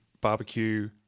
barbecue